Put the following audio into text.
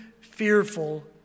fearful